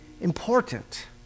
important